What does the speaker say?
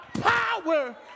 power